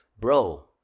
Bro